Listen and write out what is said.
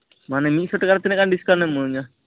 ᱢᱟᱱᱮ ᱢᱤᱫᱥᱚ ᱴᱟᱠᱟ ᱨᱮ ᱛᱤᱱᱟᱹᱜ ᱜᱟᱱ ᱰᱤᱥᱠᱟᱭᱩᱴ ᱮᱢᱟᱣ ᱟᱹᱧᱟ